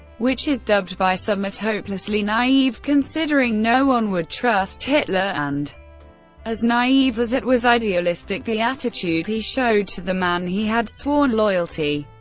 which is dubbed by some as hopelessly naive, considering no one would trust hitler, and as naive as it was idealistic, the attitude he showed to the man he had sworn loyalty.